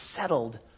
settled